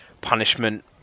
punishment